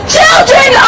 Children